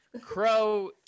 crow